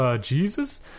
Jesus